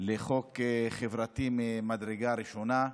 בחוק חברתי ממדרגה ראשונה.